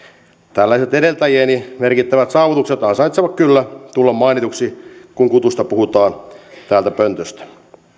tällaiset edeltäjieni merkittävät saavutukset ansaitsevat kyllä tulla mainituiksi kun kutusta puhutaan täältä pöntöstä